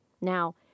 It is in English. Now